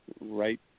right